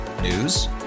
News